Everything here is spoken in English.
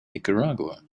nicaragua